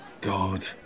God